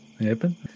happen